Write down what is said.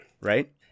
Right